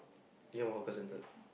near one hawker centre